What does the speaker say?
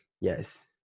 Yes